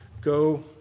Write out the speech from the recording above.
Go